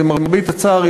למרבה הצער,